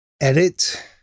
Edit